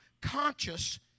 conscious